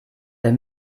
wer